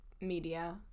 media